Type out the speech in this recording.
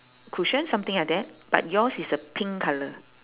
cushion something like that but yours is a pink colour